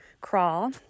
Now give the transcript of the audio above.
crawl